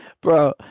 Bro